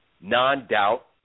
non-doubt